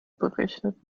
berechnet